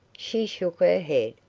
she shook her head,